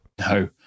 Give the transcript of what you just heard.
No